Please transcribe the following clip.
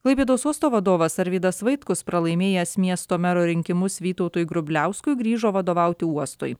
klaipėdos uosto vadovas arvydas vaitkus pralaimėjęs miesto mero rinkimus vytautui grubliauskui grįžo vadovauti uostui